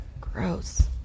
gross